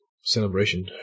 celebration